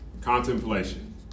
contemplation